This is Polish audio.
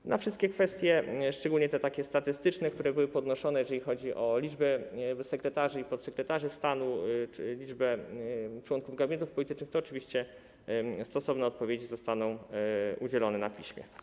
Co do wszystkich kwestii, szczególnie takich statystycznych, które były podnoszone, jeżeli chodzi o liczbę sekretarzy i podsekretarzy stanu czy liczbę członków gabinetów politycznych, to oczywiście stosowne odpowiedzi zostaną udzielone na piśmie.